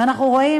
אנחנו רואים,